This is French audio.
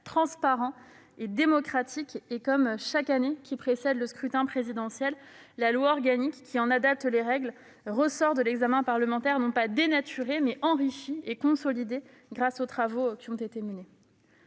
transparent et démocratique, et, comme chaque année qui précède le scrutin présidentiel, la loi organique qui en adapte les règles ressort de l'examen parlementaire non pas dénaturée, mais enrichie et consolidée. À cet égard, vous avez